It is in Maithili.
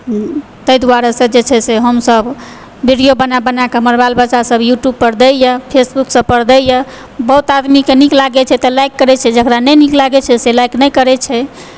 ताहि दुआरे सऽ जे छै से हमसभ वीडियो बना बना कऽ यूट्यूब मोबाइल पर बच्चा सब दैए फेसबुक सबपर दैए बहुत आदमी के नीक लागै छै तऽ लाइक करैए छै जेकरा नहि नीक लागै छै से लाइक नहि करै छै